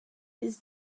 his